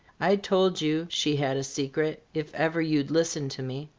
i told you she had a secret! if ever you'd listen to me.